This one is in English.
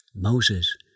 Moses